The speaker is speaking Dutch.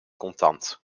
contant